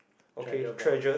treasure box